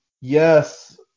Yes